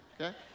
okay